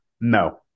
No